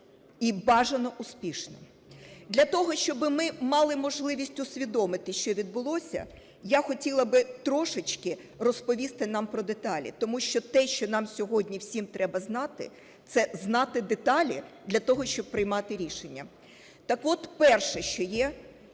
і, бажано, успішно. Для того, щоб ми мали можливість усвідомити, що відбулося, я хотіла б трошечки розповісти нам про деталі. Тому що те, що нам сьогодні всім треба знати, це знати деталі для того, щоб приймати рішення. Так от перше, що є,